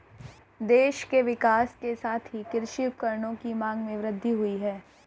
देश के विकास के साथ ही कृषि उपकरणों की मांग में वृद्धि हुयी है